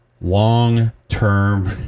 long-term